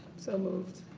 so move.